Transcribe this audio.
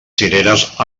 cireres